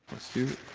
let's do